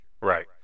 Right